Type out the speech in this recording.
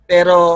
Pero